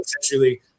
Essentially